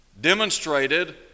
demonstrated